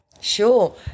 Sure